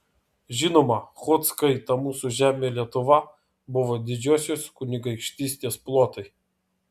žinoma chodzkai ta mūsų žemė lietuva buvo didžiosios kunigaikštystės plotai